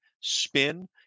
spin